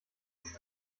ist